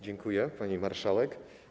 Dziękuję, pani marszałek.